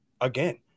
Again